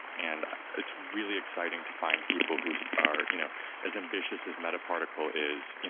and it's really exciting to find people who so are you know as ambitious as meta particle is.